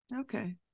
Okay